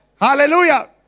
Hallelujah